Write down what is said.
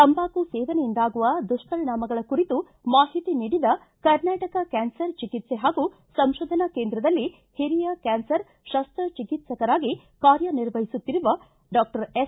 ತಂಬಾಕು ಸೇವನೆಯಿಂದಾಗುವ ದುಷ್ಪರಿಣಾಮಗಳ ಕುರಿತು ಮಾಹಿತಿ ನೀಡಿದ ಕರ್ನಾಟಕ ಕ್ಯಾನ್ಸರ್ ಚಿಕಿತ್ಸೆ ಹಾಗೂ ಸಂಶೋಧನಾ ಕೇಂದ್ರದಲ್ಲಿ ಹಿರಿಯ ಕ್ಯಾನ್ಸರ್ ಶಸ್ತ ಚಿಕಿತ್ಸಕರಾಗಿ ಕಾರ್ಯ ನಿರ್ವಹಿಸುತ್ತಿರುವ ಡಾಕ್ಷರ್ ಎಸ್